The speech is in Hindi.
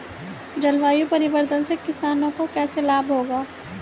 जलवायु परिवर्तन से किसानों को कैसे लाभ होगा?